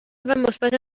مثبت